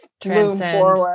transcend